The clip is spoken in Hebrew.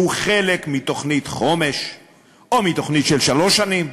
שהוא חלק מתוכנית חומש או מתוכנית של שלוש שנים,